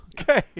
Okay